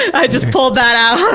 i just pulled that out.